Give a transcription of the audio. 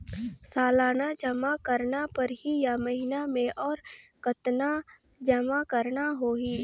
सालाना जमा करना परही या महीना मे और कतना जमा करना होहि?